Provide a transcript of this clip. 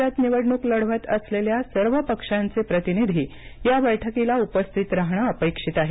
राज्यात निवडणूक लढवत असलेल्या सर्व पक्षांचे प्रतिनिधी या बैठकीला उपस्थित राहणं अपेक्षित आहे